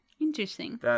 interesting